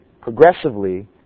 progressively